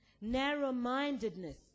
narrow-mindedness